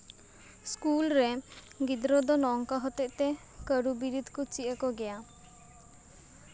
school ᱨᱮ ᱜᱤᱫᱽᱨᱟᱹ ᱫᱚ ᱱᱚᱝᱠᱟ ᱦᱚᱛᱮᱫ ᱛᱮ ᱠᱟᱹᱨᱩ ᱵᱤᱨᱤᱫ ᱠᱚ ᱪᱮᱫ ᱟᱠᱚ ᱜᱮᱭᱟ